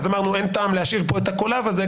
אז אמרנו שאין טעם להשאיר פה את הקולב הזה.